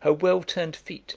her well-turned feet,